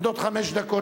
חמש דקות